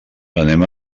anem